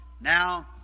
Now